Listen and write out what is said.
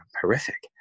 horrific